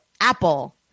Apple